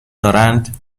دارند